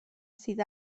sydd